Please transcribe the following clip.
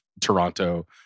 Toronto